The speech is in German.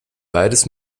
beides